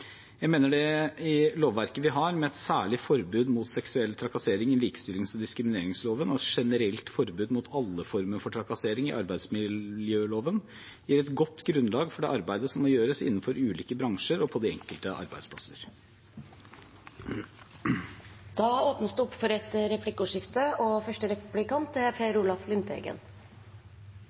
Jeg mener det lovverket vi har, med et særlig forbud mot seksuell trakassering i likestillings- og diskrimineringsloven og et generelt forbud mot alle former for trakassering i arbeidsmiljøloven, gir et godt grunnlag for det arbeidet som må gjøres innenfor ulike bransjer og på de enkelte arbeidsplasser. Det blir replikkordskifte. Statsråden sier i sitt svar til komiteen at presisering i loven er